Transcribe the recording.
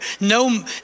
no